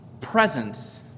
presence